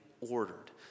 ordered